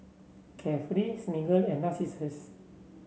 Carefree Smiggle and Narcissus